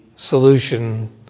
solution